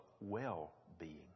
well-being